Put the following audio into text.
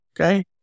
Okay